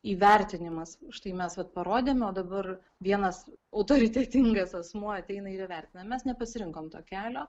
įvertinimas už tai mes vat parodėme o dabar vienas autoritetingas asmuo ateina ir įvertina mes nepasirinkom to kelio